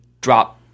drop